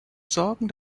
sorgen